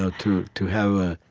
ah to to have ah